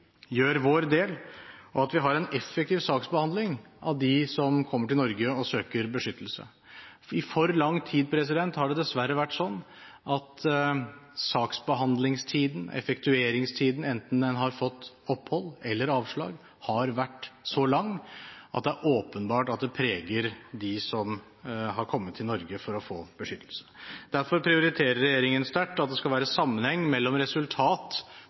gjør vår del, og at vi har en effektiv saksbehandling for dem som kommer til Norge og søker beskyttelse. I for lang tid har det dessverre vært sånn at saksbehandlingstiden, effektueringstiden enten en har fått opphold eller avslag, har vært så lang at det er åpenbart at det preger dem som har kommet til Norge for å få beskyttelse. Derfor prioriterer regjeringen sterkt at det skal være sammenheng mellom resultat